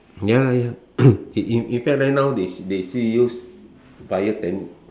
ya ya in in fact right now they still use